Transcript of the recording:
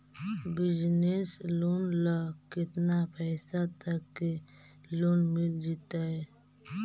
Business loan ल केतना पैसा तक के लोन मिल जितै?